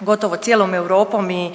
gotovo cijelom Europom i